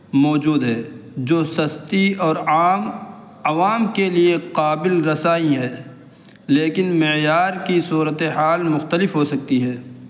موجود ہے جو سستی اور عام عوام کے لیے قابل رسائی ہے لیکن معیار کی صورت حال مختلف ہو سکتی ہے